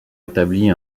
établit